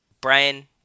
Brian